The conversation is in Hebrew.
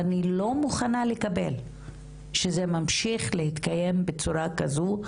ואני לא מוכנה לקבל שזה ממשיך להתקיים בצורה כזו,